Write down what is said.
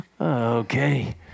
Okay